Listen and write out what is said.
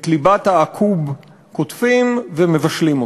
את ליבת העכוב קולפים, ומבשלים אותה.